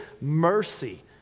mercy